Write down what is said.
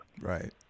Right